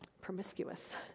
promiscuous